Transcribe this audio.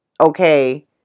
okay